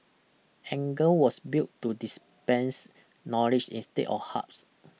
Engar was built to dispense knowledge instead of hugs